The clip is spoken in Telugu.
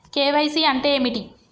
కే.వై.సీ అంటే ఏమిటి?